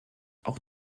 auch